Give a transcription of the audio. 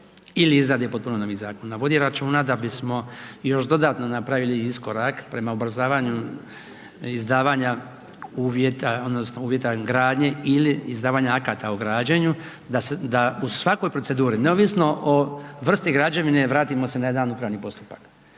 ili izrade potpuno novih zakona vodi računa da bismo još dodatno napravili iskorak prema ubrzavanju izdavanja uvjeta, odnosno uvjeta gradnje ili izdavanja akata o građenju da u svakoj proceduri neovisno o vrsti građevine vratimo se na jedan upravni postupak.